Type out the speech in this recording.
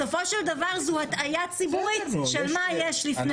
בסופו של דבר זאת הטעיה ציבורית של מה שיש לפני